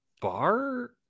bar